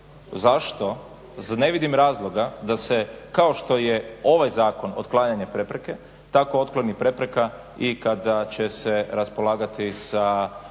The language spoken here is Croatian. zašto, ne vidim razloga da se kao što je ovaj zakon otklanjanje prepreke, tako otkloni prepreka i kada će se raspolagati sa